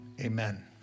amen